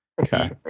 Okay